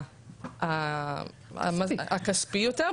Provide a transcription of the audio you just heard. הכספי יותר.